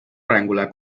arengule